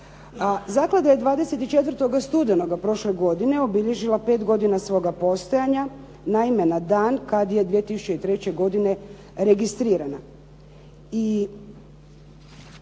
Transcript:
zaklada je 24. studenoga prošle godine obilježila pet godina svoga postojanja, naime na dan kad je 2003. godine registrirana.